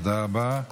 תודה רבה.